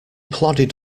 plodded